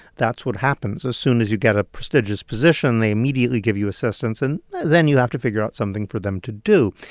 that's what happens. as soon as you get a prestigious position, they immediately give you assistants, and then you have to figure out something for them to do.